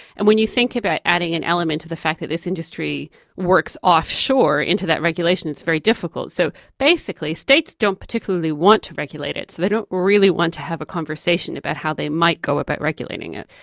and when you think about adding an element of the fact that this industry works offshore into that regulation, it's very difficult. so basically, states don't particularly want to regulate it, so they don't really want to have a conversation about how they might go about regulating it.